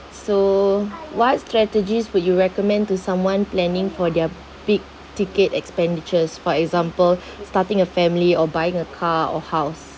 so what strategies would you recommend to someone planning for their big-ticket expenditures for example starting a family or buying a car or house